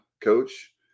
coach